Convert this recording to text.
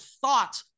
thought